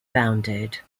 bounded